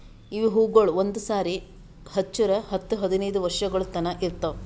ಇವು ಹೂವುಗೊಳ್ ಒಂದು ಸಾರಿ ಹಚ್ಚುರ್ ಹತ್ತು ಹದಿನೈದು ವರ್ಷಗೊಳ್ ತನಾ ಇರ್ತಾವ್